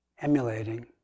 emulating